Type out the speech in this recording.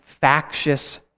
factious